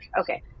Okay